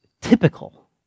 typical